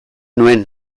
nuen